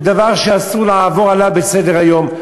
הוא דבר שאסור לעבור עליו לסדר-היום.